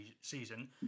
season